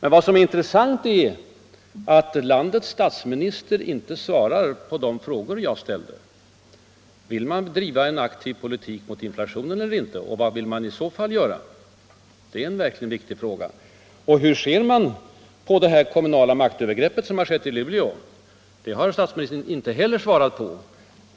Men vad som är intressant är att landets statsminister inte velat eller kunnat svara på de två frågor jag ställde. Vill socialdemokratin driva en aktiv politik mot inflationen eller inte, och vad vill man i så fall göra? Detta är en verkligt betydelsefull fråga. Och hur ser herr Palme på det kommunala maktövergrepp som skett i Luleå? Det har statsministern inte heller svarat på.